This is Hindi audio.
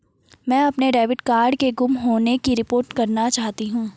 मैं अपने डेबिट कार्ड के गुम होने की रिपोर्ट करना चाहती हूँ